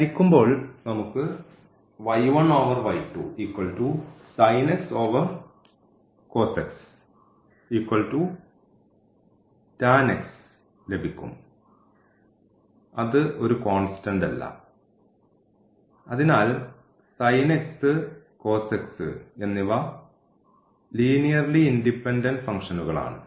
ഹരിക്കുമ്പോൾ നമുക്ക് ലഭിക്കും അത് ഒരു കോൺസ്റ്റന്റ്ല്ല അതിനാൽ എന്നിവ ലീനിയർലി ഇൻഡിപെൻഡൻറ് ഫംഗ്ഷനുകൾ ആണ്